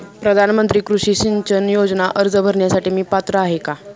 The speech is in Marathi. प्रधानमंत्री कृषी सिंचन योजना अर्ज भरण्यासाठी मी पात्र आहे का?